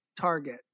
Target